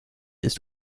ist